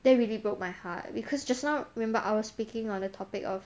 that really broke my heart because just now remember I was speaking on the topic of